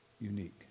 Unique